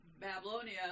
Babylonia